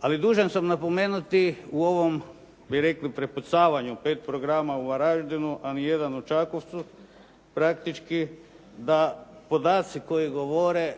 Ali, dužan sam napomenuti u ovom direktnom prepucavanju pet programa u Varaždinu, a nijedan u Čakovcu, praktički da podaci koji govore